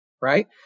right